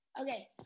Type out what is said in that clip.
Okay